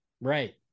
right